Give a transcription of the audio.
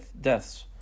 deaths